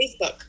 Facebook